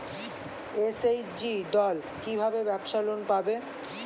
SHG দল কী ভাবে ব্যাবসা লোন পাবে?